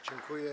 Dziękuję.